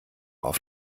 auf